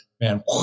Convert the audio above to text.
man